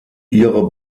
ihre